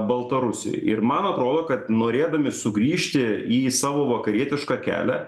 baltarusijoj ir man atrodo kad norėdami sugrįžti į savo vakarietišką kelią